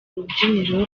rubyiniro